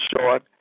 short